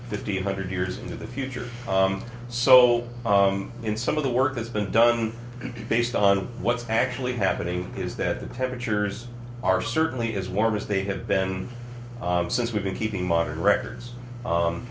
fifty hundred years into the future so in some of the work has been done based on what's actually happening is that the temperatures are certainly as warm as they have been since we've been keeping moderate records